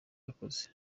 yakoze